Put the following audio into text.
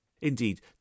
Indeed